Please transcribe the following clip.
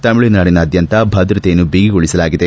ತಮಿಳುನಾಡಿನಾದ್ಯಂತ ಭದ್ರತೆಯನ್ನು ಬಿಗಿಗೊಳಸಲಾಗಿದೆ